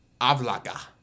Avlaka